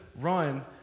run